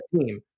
team